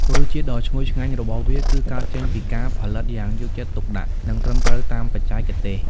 រសជាតិដ៏ឈ្ងុយឆ្ងាញ់របស់វា គឺកើតចេញពីការផលិតយ៉ាងយកចិត្តទុកដាក់ និងត្រឹមត្រូវតាមបច្ចេកទេស។